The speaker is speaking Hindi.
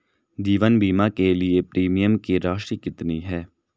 जीवन बीमा के लिए प्रीमियम की राशि कितनी है?